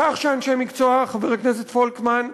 בכך שאנשי מקצוע, חבר הכנסת פולקמן,